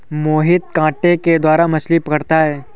मोहित कांटे के द्वारा मछ्ली पकड़ता है